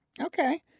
Okay